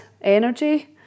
energy